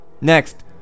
Next